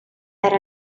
era